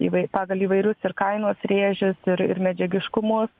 įvai pagal įvairius ir kainos rėžius ir ir medžiagiškumus